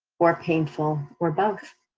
or painful, or both.